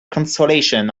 consolation